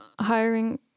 hiring